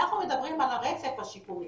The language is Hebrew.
אנחנו מדברים על הרצף השיקומי,